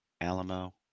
Alamo